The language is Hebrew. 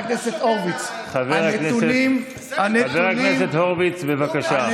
חבר הכנסת הורוביץ, חבר הכנסת הורוביץ, בבקשה.